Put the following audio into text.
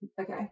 Okay